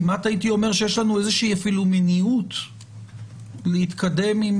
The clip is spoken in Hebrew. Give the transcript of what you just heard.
כמעט הייתי אומר שיש לנו איזושהי מניעות להתקדם עם